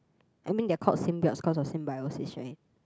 I mean they're called symbionts cause of symbiosis right